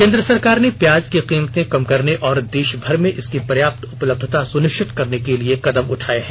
केन्द्र सरकार ने प्याज की कीमतें कम करने और देश भर में इसकी पर्याप्त उपलब्धता सुनिश्चित करने के लिए कदम उठाए हैं